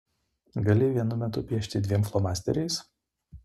gali vienu metu piešti dviem flomasteriais